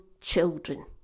children